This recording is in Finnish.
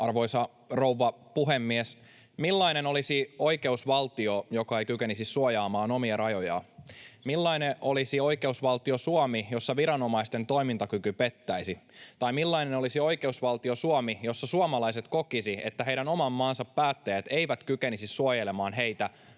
Arvoisa rouva puhemies! Millainen olisi oikeusvaltio, joka ei kykenisi suojaamaan omia rajojaan? Millainen olisi oikeusvaltio Suomi, jossa viranomaisten toimintakyky pettäisi, tai millainen olisi oikeusvaltio Suomi, jossa suomalaiset kokisivat, että heidän oman maansa päättäjät eivät kykenisi suojelemaan heitä